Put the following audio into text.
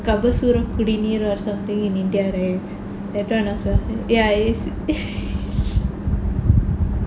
Kabasura kudineer kudineer or something in india right that [one] also ya it is